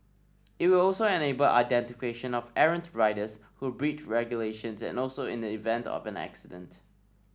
it will also enable identification of errant riders who breach regulations and also in the event of an accident